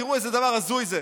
תראו איזה דבר הזוי זה.